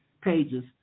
pages